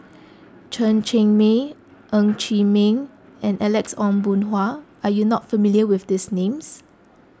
Chen Cheng Mei Ng Chee Meng and Alex Ong Boon Hau are you not familiar with these names